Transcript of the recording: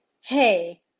hey